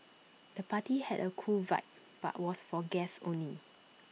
the party had A cool vibe but was for guests only